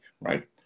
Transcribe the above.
Right